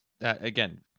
again